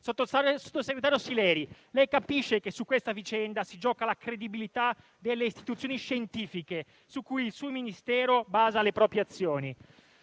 sottosegretario Sileri, comprenderà che su questa vicenda si gioca la credibilità delle istituzioni scientifiche su cui il suo Ministero basa le proprie azioni.